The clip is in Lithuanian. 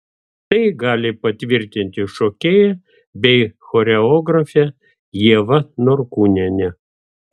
tai gali patvirtinti šokėja bei choreografė ieva norkūnienė